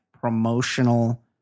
promotional